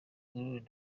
gaulle